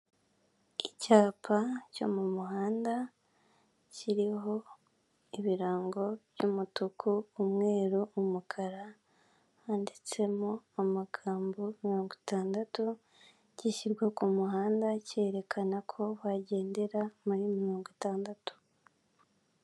Inzu igurishwa iherereye i Kigali Kibagabaga ku giciro cya miliyoni ijana na mirongo ine ku mafaranga y'u rwanda nziza hose ifite amakaro kandi ikinze neza.